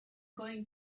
going